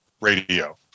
radio